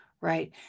right